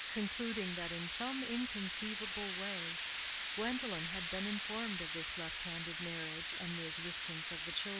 concluding that in some inconceivable way gwendolen had been informed of this left-handed marriage and the existence of the children.